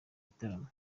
gitaramo